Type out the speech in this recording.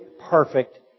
perfect